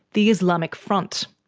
the islamic front.